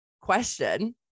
question